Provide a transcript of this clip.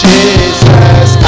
Jesus